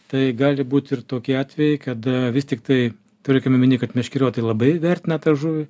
tai gali būt ir tokie atvejai kada vis tiktai turėkim omeny kad meškeriotojai labai vertina tą žuvį